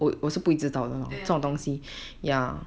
对呀对呀